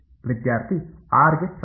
ವಿದ್ಯಾರ್ಥಿ ಆರ್ ಗೆ ಸಮಾನ